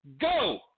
go